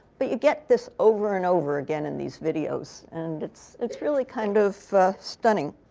but you get this over and over again in these videos. and it's it's really kind of stunning.